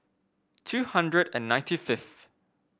two hundred and ninety fifth